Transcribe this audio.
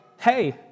hey